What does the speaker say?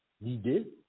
l'idée